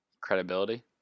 Credibility